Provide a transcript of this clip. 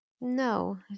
No